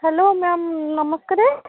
hello ma'am ନମସ୍କାର